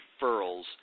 referrals